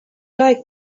like